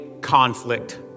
conflict